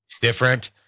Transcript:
different